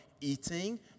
eating